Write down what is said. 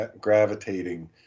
gravitating